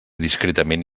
discretament